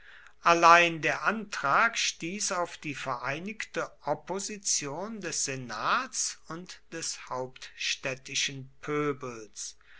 allein der antrag stieß auf die vereinigte opposition des senats und des hauptstädtischen pöbels